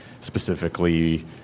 specifically